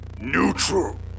Neutral